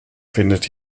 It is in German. findet